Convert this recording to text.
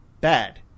Bad